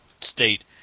state